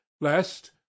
lest